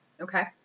Okay